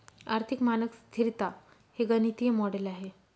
आर्थिक मानक स्तिरता हे गणितीय मॉडेल आहे